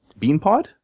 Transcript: Beanpod